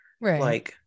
right